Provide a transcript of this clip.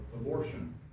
abortion